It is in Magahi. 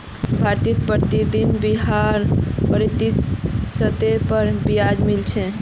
भारतत प्रतिदिन बारह प्रतिशतेर पर ब्याज मिल छेक